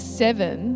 seven